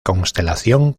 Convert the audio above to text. constelación